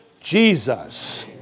Jesus